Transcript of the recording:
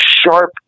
sharp